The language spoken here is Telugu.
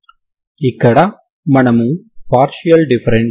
కాబట్టి ఇది మరొక విధానం